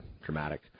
dramatic